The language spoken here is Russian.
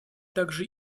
также